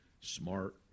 smart